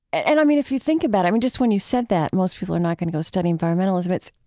and i mean, if you think about it, i mean, just when you said that most people are not going to go study environmentalism it's,